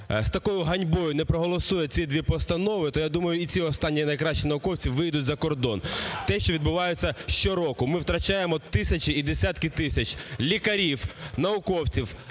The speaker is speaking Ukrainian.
з такою ганьбою не проголосує ці дві постанови, то я думаю, і ці останні найкращі науковці виїдуть за кордон. Те, що відбувається щороку: ми втрачаємо тисячі і десятки тисяч лікарів, науковців,